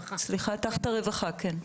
נכון, תחת הרווחה, כן.